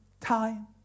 time